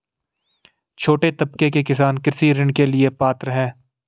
छोटे तबके के किसान कृषि ऋण के लिए पात्र हैं?